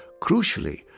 Crucially